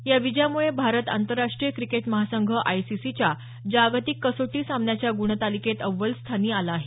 या विजयामुळे भारत आंतरराष्ट्रीय क्रिकेट महासंघ आयसीसीच्या जागतिक कसोटी सामन्याच्या गुणतालिकेत अव्वल स्थानी आला आहे